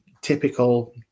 typical